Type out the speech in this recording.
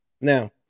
now